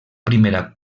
primera